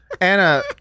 anna